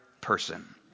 person